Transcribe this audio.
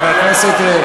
חבר הכנסת,